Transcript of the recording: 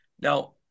Now